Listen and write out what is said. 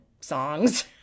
songs